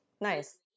Nice